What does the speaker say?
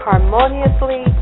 harmoniously